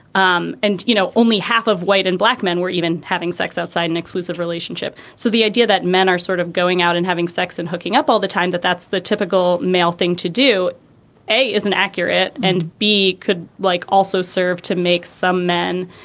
um and, you know, only half of white and black men were even having sex outside an exclusive relationship. so the idea that men are sort of going out and having sex and hooking up all the time, that that's the typical male thing to do is an accurate and b, could like also serve to make some men,